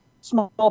small